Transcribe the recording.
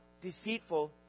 deceitful